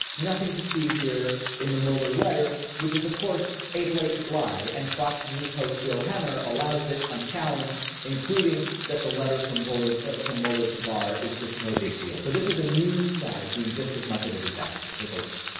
nothing to see here in the molar letter, which is of course a blatant lie. and fox news host bill hemmer allows it on challenged, including that the letter from bullard from muller to bar is just no big deal. so this is the news side being just as much of a disaster. take a look,